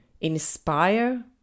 inspire